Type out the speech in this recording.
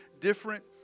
different